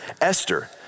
Esther